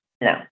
No